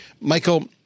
Michael